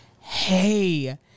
hey